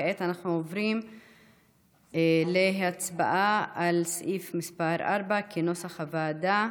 כעת אנחנו עוברים להצבעה על סעיף מס' 4 כנוסח הוועדה.